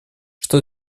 что